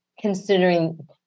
considering